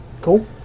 Cool